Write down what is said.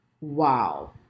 wow